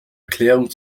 erklärung